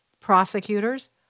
prosecutors